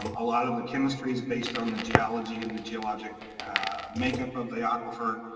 um a lot of the chemistry is based on the geology and the geologic makeup of the aquifer.